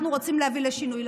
אנחנו רוצים להביא לשינוי,